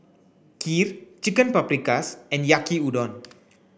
Kheer Chicken Paprikas and Yaki Udon